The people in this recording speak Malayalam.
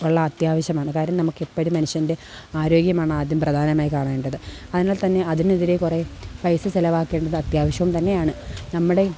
ഉള്ള അത്യാവശ്യമാണ് കാര്യം നമുക്കെപ്പോഴും മനുഷ്യൻ്റെ ആരോഗ്യമാണ് ആദ്യം പ്രധാനമായി കാണേണ്ടത് അതിനാൽ തന്നെ അതിനെതിരെ കുറേ പൈസ ചിലവാക്കേണ്ടത് അത്യാവശ്യം തന്നെയാണ് നമ്മുടെ